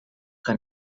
que